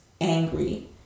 angry